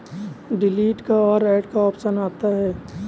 delete का और add का ऑप्शन आता है